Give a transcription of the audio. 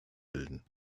bilden